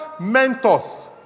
mentors